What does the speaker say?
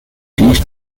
these